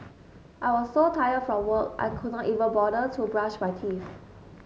I was so tired from work I could not even bother to brush my teeth